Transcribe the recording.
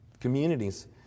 communities